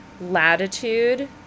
latitude